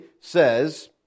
says